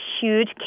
huge